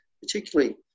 particularly